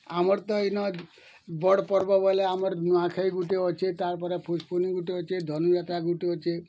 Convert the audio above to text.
ଆମର୍ ତ ଇନ ବଡ଼ ପର୍ବ ବୋଇଲେ ଆମର୍ ନୂଆଖାଇ ଗୁଟେ ଅଛି ତାପରେ ପୁଷ ପୁନେଇଁ ଗୁଟେ ଅଛି ଧନୁଯାତ୍ରା ଗୁଟେ ଅଛି